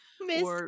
Miss